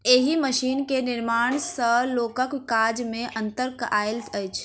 एहि मशीन के निर्माण सॅ लोकक काज मे अन्तर आयल अछि